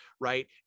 right